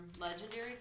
legendary